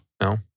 No